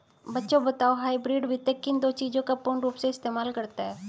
बच्चों बताओ हाइब्रिड वित्त किन दो चीजों का पूर्ण रूप से इस्तेमाल करता है?